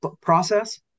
process